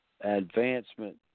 advancement